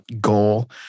goal